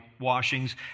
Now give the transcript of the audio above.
washings